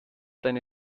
deine